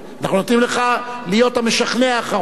אנחנו נותנים לך להיות המשכנע האחרון.